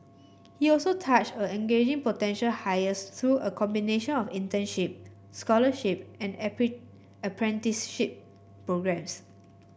he also touched on engaging potential hires through a combination of internship scholarship and apprenticeship programmes